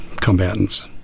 combatants